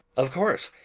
of course!